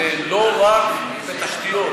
ולא רק בתשתיות.